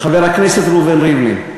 חבר הכנסת ראובן ריבלין,